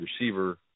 receiver